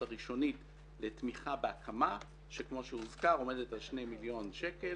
הראשונית לתמיכה בהקמה שכמו שהוזכר עומדת על שני מיליון שקלים